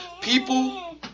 people